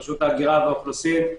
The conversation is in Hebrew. רשות ההגירה והאוכלוסין,